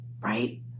right